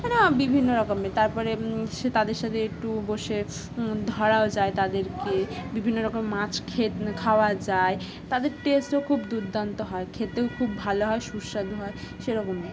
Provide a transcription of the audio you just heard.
বিভিন্ন রকমের তারপরে সে তাদের সাথে একটু বসে ধরাও যায় তাদেরকে বিভিন্ন রকম মাছ খে খাওয়া যায় তাদের টেস্টও খুব দুর্দান্ত হয় খেতেও খুব ভালো হয় সুস্বাদু হয় সেরকমই